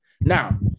Now